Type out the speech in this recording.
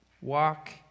walk